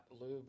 lube